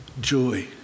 joy